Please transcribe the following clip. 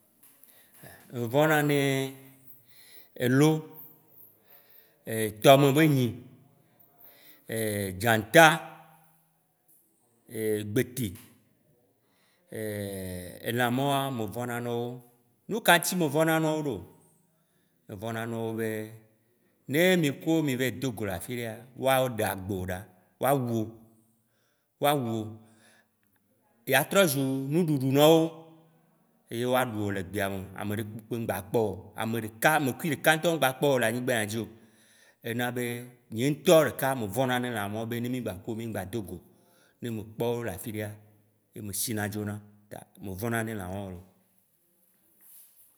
Evɔ̃na neee elo, tɔme be nyi, dzãta, gbete, elã mawoa me vɔ̃na nɔwo. Nukaŋti mevɔ̃na nɔwo ɖo? Mevɔ̃na nɔwo be, ne mi kuwo mi vae dogo la afiɖea, woaɖe agbewò ɖa, woa wuwò. Woa wuwò, ya trɔzu nuɖuɖu nɔwo eye woaɖu wò le gbeame, ameɖeke mgbaya kpɔwo, ameɖeka, ame kuiɖeka ntɔ mgbaya kpɔwò le anyigna ya dzi o. Ena be nye ŋtɔ ɖeka me vɔ̃na ne lã mɔwo be ne mi gbakuwo mi ŋgba dogo o. Ne me kpɔ wo le afiɖea, ɖe mesina dzona. Ta me vɔ̃na ne lã mawo loo.